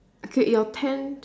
okay your tent